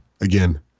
Again